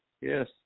Yes